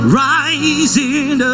rising